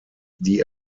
die